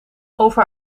over